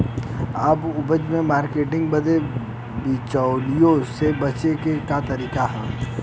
आपन उपज क मार्केटिंग बदे बिचौलियों से बचे क तरीका का ह?